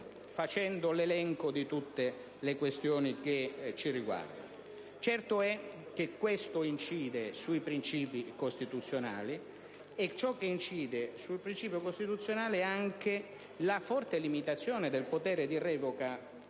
facendo l'elenco di tutte le questioni che ci riguardano. È certo, però, che ciò incide sui princìpi costituzionali, così come incide sui princìpi costituzionali la forte limitazione del potere di revoca